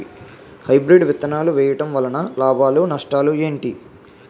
Hybrid విత్తనాలు వేయటం వలన లాభాలు నష్టాలు ఏంటి?